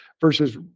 versus